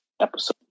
episode